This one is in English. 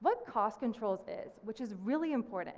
what cost controls this? which is really important